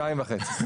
שניים וחצי.